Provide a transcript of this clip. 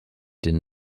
den